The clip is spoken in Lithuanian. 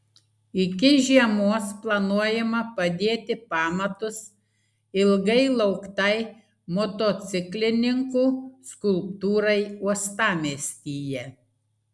iki žiemos planuojama padėti pamatus ilgai lauktai motociklininkų skulptūrai uostamiestyje